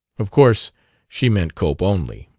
of course she meant cope only.